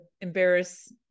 embarrass